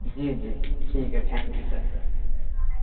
جی جی ٹھیک ہے ٹھینک یو سر